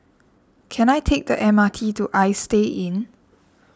can I take the M R T to Istay Inn